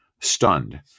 stunned